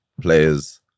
players